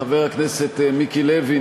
חבר הכנסת מיקי לוי,